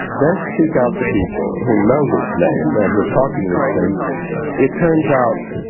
then if you seek out the people who know this name and who are talking these things it turns out,